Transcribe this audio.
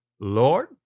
Lord